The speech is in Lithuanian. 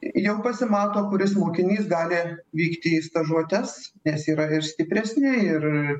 jau pasimato kuris mokinys gali vykti į stažuotes nes yra ir stipresni ir